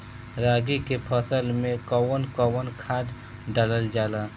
रागी के फसल मे कउन कउन खाद डालल जाला?